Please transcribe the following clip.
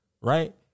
right